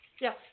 Yes